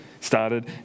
started